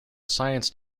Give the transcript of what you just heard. science